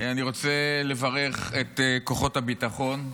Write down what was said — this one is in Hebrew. אני רוצה לברך את כוחות הביטחון,